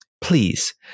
please